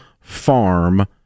farm